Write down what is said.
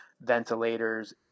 ventilators